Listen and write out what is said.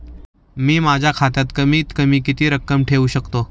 मी माझ्या खात्यात कमीत कमी किती रक्कम ठेऊ शकतो?